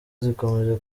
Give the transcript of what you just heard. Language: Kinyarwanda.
zakomeje